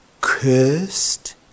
cursed